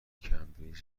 کمبریج